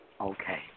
Okay